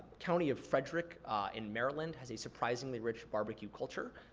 county of frederick in maryland has a surprisingly rich barbecue culture.